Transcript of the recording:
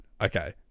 Okay